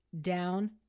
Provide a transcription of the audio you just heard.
down